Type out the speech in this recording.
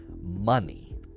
money